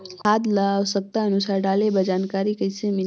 खाद ल आवश्यकता अनुसार डाले बर जानकारी कइसे मिलही?